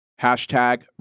Hashtag